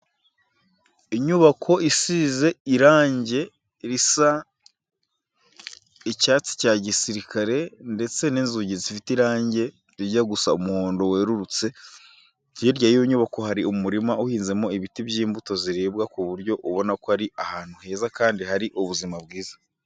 Inyubako isize irange risa icyatsi cya gisirikare ndetse n'inzugi zifite irange rijya gusa umuhondo werurutse, hirya y'iyo nyubako hari umurima uhinzemo ibiti by'imbuto ziribwa ku buryo ubona ko ari ahantu heza kandi hari ubuzima bwiza.